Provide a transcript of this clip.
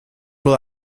был